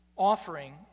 offering